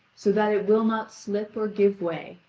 so that it will not slip or give way,